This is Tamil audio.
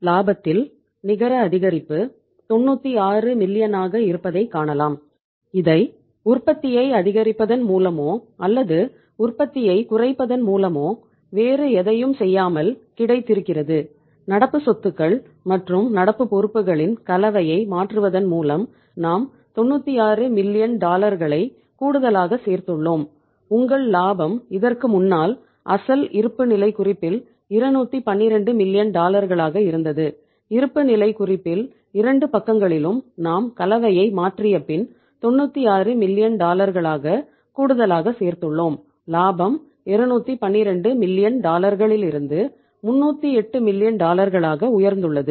லாபத்தில் நிகர அதிகரிப்பு 96 மில்லியனாக உயர்ந்துள்ளது